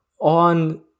on